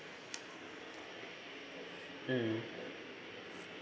mm